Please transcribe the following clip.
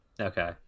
Okay